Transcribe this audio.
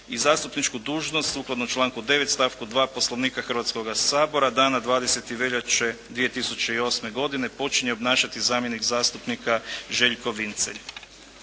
i zastupničku dužnost sukladno članku 9. stavku 2. Poslovnika Hrvatskog sabora dana 20. veljače 2008. godine počinje obnašati zamjenik zastupnika Željko Vincelj.